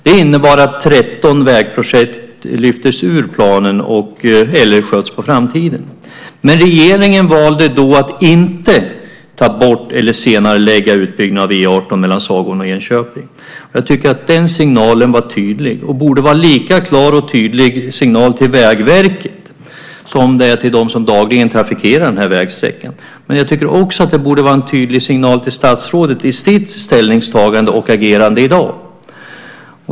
Det innebar att 13 vägprojekt lyftes ur planen eller sköts på framtiden. Men regeringen valde då att inte ta bort eller senarelägga utbyggnaden av E 18 mellan Sagån och Enköping. Jag tycker att den signalen var tydlig. Det borde vara en lika klar och tydlig signal till Vägverket som det är till dem som dagligen trafikerar vägsträckan. Jag tycker också att det borde vara en tydlig signal till statsrådet i hennes ställningstagande och agerande i dag.